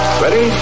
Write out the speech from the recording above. Ready